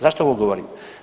Zašto ovo govorim?